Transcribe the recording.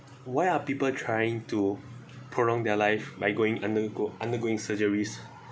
why are people trying to prolong their life by going undergo undergoing surgeries